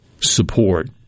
support